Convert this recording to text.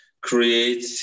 create